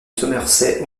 somerset